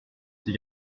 ces